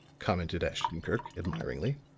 commented ashton-kirk, admiringly.